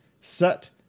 set